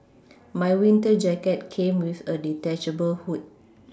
my winter jacket came with a detachable hood